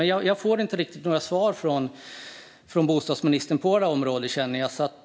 Jag känner dock att jag inte riktigt får svar från bostadsministern på det området.